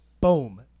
Boom